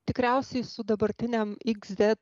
tikriausiai su dabartiniam x de